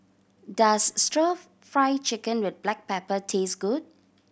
does Stir Fry Chicken with black pepper taste good